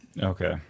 Okay